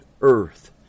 earth